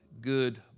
good